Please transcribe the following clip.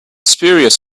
spurious